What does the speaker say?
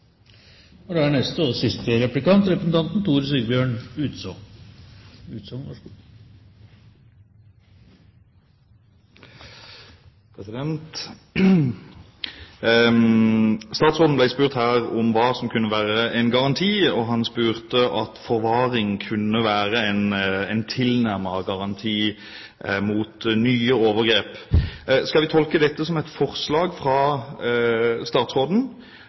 Statsråden ble spurt om hva som kunne være en garanti mot nye overgrep, og han svarte at forvaring kunne være en tilnærmet garanti. Skal vi tolke dette som et forslag fra statsråden,